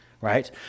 right